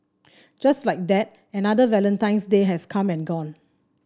just like that another Valentine's Day has come and gone